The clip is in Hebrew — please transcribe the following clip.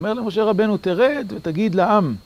אומר למשה רבנו תרד ותגיד לעם